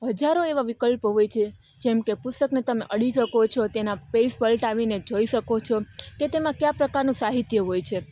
હજારો એવા વિકલ્પો હોય છે જેમ કે પુસ્તકને તમે અડી શકો છો તેના પેઈજ પલટાવીને જોઈ શકો છો કે તેમાં કયા પ્રકારનું સાહિત્ય હોય છે